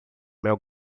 meu